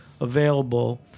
available